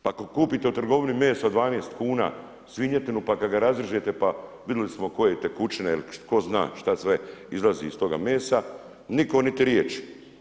Pa ako kupite u trgovini meso 12 kuna svinjetinu pa kad ga razrežete pa vidjeli smo koje tekućine ili tko zna šta sve izlazi iz toga mesa, nitko niti riječi.